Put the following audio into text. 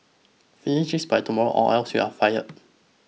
finish this by tomorrow or else you'll fired